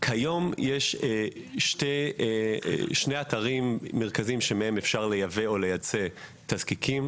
כיום יש שני אתרים מרכזיים שמהם אפשר לייבא או לייצא תזקיקים.